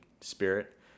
spirit